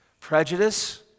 Prejudice